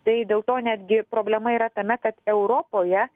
tai dėl to netgi problema yra tame kad europoje